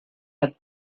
had